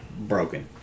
broken